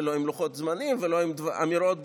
ולא עם לוחות זמנים ולא עם אמירות ברורות.